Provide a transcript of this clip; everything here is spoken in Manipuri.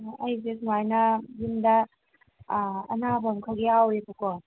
ꯑꯥ ꯑꯩꯁꯦ ꯁꯨꯃꯥꯏꯅ ꯌꯨꯝꯗ ꯑꯅꯥꯕ ꯑꯃꯈꯛ ꯌꯥꯎꯔꯦꯕꯀꯣ